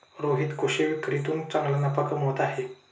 रोहित कृषी विक्रीतून चांगला नफा कमवत आहे